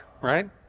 right